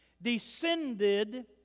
Descended